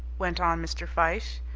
went on mr. fyshe.